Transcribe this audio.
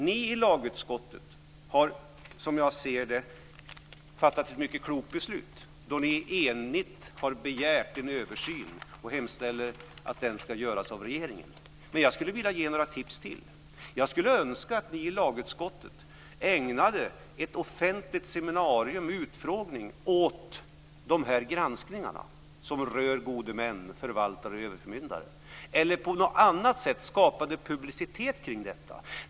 Ni i lagutskottet har, som jag ser det, fattat ett mycket klokt beslut då ni enigt har begärt att regeringen ska göra en översyn, men jag skulle vilja ge några tips till. Jag skulle önska att ni i lagutskottet ägnade en offentlig utfrågning åt de granskningar som rör gode män, förvaltare och överförmyndare eller på något annat sätt skapade publicitet kring dessa.